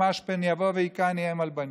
ממש "פן יבוא והכני אם על בנים".